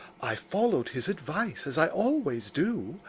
i followed his advice, as i always do,